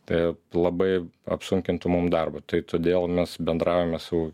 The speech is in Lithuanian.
tai labai apsunkintų mum darbo tai todėl mes bendraujame su